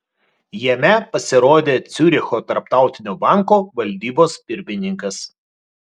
jame pasirodė ciuricho tarptautinio banko valdybos pirmininkas